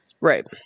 Right